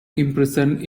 imprisoned